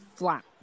Flat